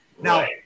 Now